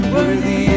Worthy